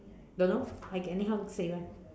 don't know I anyhow say [one]